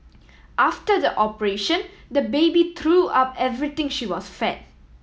after the operation the baby threw up everything she was fed